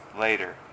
later